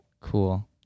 Cool